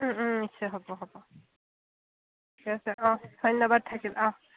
নিশ্চয় হ'ব হ'ব ঠিক আছে অঁ ধন্য়বাদ থাকিল অঁ